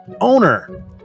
owner